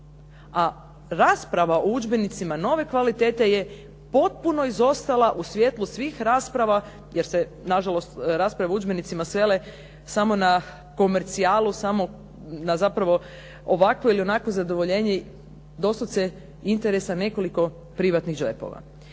A rasipava o udžbenicima nove kvalitete je potpuno izostala u svjetlu svih rasprava jer se nažalost raspravi o udžbenicima sele samo na komercijalu, samo na zapravo ovakvo ili onakvo zadovoljenje doslovce interesa nekoliko privatnih džepova.